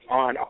on